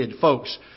folks